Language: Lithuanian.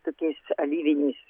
tokiais alyviniais